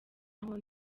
aho